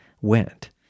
went